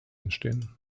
entstehen